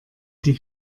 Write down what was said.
die